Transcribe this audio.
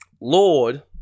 Lord